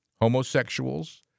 homosexuals